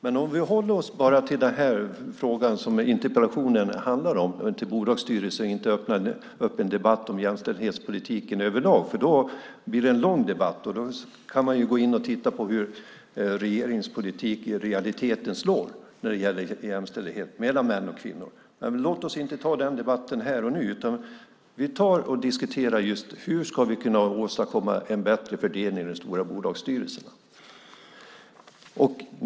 Låt oss hålla oss till den fråga interpellationen handlar om, inte bolagsstyrelser och inte en öppen debatt om jämställdhetspolitiken överlag. Då blir det en lång debatt, och då kan vi titta på hur regeringens politik slår i realiteten när det gäller jämställdhet mellan män och kvinnor. Låt oss inte ta den debatten här och nu. Låt oss diskutera hur vi ska åstadkomma en bättre fördelning i de stora bolagsstyrelserna.